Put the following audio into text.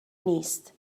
نیست